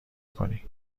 کنی